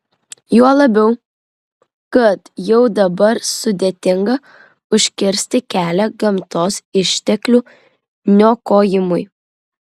juo labiau kad jau dabar sudėtinga užkirsti kelią gamtos išteklių niokojimui